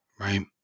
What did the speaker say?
Right